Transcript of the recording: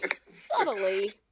Subtly